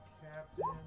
captain